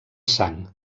sang